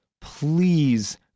please